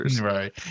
Right